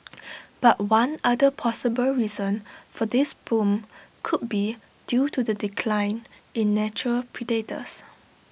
but one other possible reason for this boom could be due to the decline in natural predators